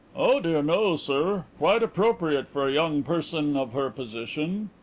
oh dear no, sir. quite appropriate for a young person of her position.